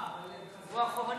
הם חזרו אחורנית.